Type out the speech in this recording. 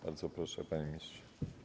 Bardzo proszę, panie ministrze.